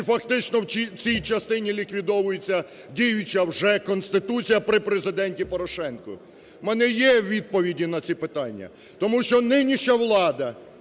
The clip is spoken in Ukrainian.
і фактично у цій частині ліквідовується діюча вже Конституція при Президенті Порошенко. У мене є відповіді на ці питання. Тому що нинішня влада,